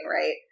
right